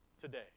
today